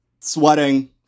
sweating